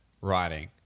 writing